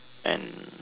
and